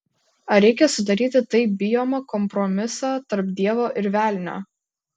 ar reikia sudaryti taip bijomą kompromisą tarp dievo ir velnio